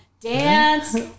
dance